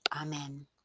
Amen